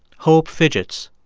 hope fidgets.